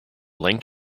linked